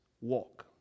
walk